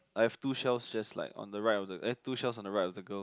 I have two shells just like on the right on the eh two shells on the right of the girl